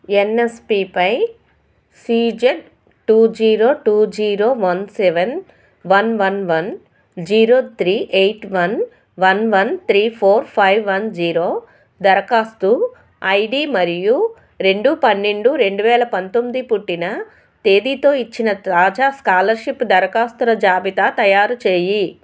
ఎన్ఎస్పీపై CZ two zero two zero one seven one one one zero three eight one one one three four five one zero దరఖాస్తు ID మరియు రెండు పన్నెండు రెండు వేల పంతొమ్మిది పుట్టిన తేదీతో ఇచ్చిన తాజా స్కాలర్షిప్ దరఖాస్తుల జాబితా తయారు చేయి